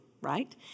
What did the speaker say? right